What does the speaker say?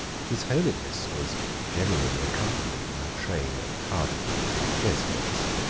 his holiness was generally accompanied by a train of cardinals and jesuits.